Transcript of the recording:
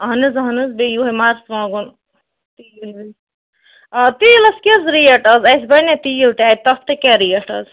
اہن حظ اہن حظ بیٚیہِ یِہوٚے مَرژوانٛگُن تیٖل آ تیٖلَس کیاہ حظ ریٹ آز اَسہِ بَنیا تیٖل تہِ اَتہِ تَتھ تہِ کیاہ ریٹ آز